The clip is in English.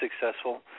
successful